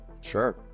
sure